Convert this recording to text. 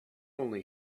only